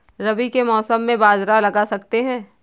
रवि के मौसम में बाजरा लगा सकते हैं?